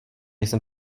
jsem